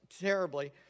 terribly